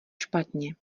špatně